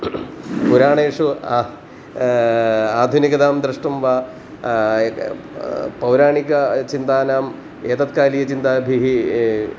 पुराणेषु आधुनिकतां द्रष्टुं वा पौराणिकचिन्तानाम् एतत्कालीयचिन्ताभिः